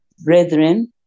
Brethren